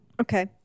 Okay